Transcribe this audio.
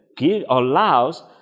allows